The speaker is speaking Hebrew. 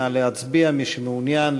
נא להצביע,